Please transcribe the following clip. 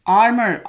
armor